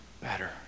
better